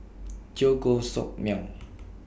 Teo Koh Sock Miang